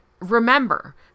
remember